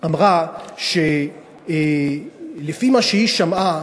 אמרה שלפי מה שהיא שמעה,